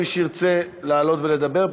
ומי שירצה לעלות ולדבר,